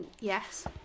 yes